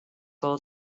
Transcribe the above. old